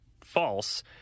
false